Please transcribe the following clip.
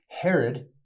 Herod